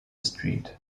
street